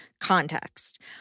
Context